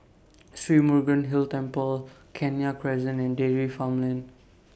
Sri Murugan Hill Temple Kenya Crescent and Dairy Farm Lane